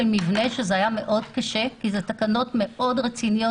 מבנה שזה היה מאוד קשה כי אלה תקנות מאוד רציניות